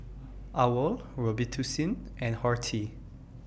OWL Robitussin and Horti